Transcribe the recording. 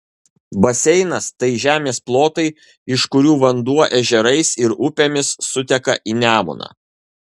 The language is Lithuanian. baseinas tai žemės plotai iš kurių vanduo ežerais ir upėmis suteka į nemuną